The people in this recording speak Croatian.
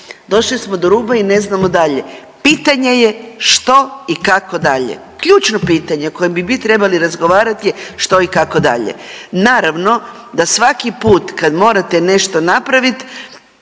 došli smo do ruba i ne znamo dalje. Pitanje je što i kako dalje? Ključno pitanje o kojem bi mi trebali razgovarati što i kako dalje. Naravno da svaki put kad morate nešto napravit,